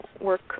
work